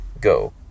Go